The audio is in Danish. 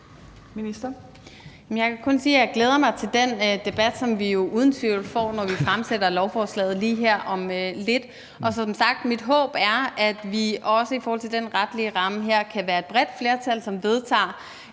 jeg glæder mig til den debat, som vi jo uden tvivl får, når vi fremsætter lovforslaget lige her om lidt. Som sagt er mit håb, at vi også i forhold til den retlige ramme her kan være et bredt flertal, som vedtager,